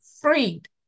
freed